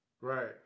Right